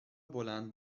بلند